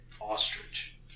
ostrich